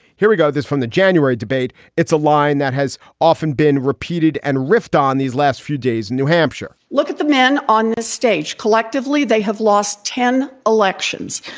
here we go. this from the january debate. it's a line that has often been repeated and riffed on these last few days. and new hampshire look at the men on the stage. collectively, they have lost ten elections.